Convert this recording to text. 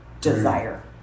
desire